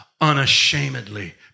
unashamedly